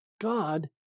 God